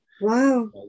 Wow